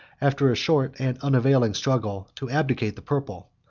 after a short and unavailing struggle to abdicate the purple.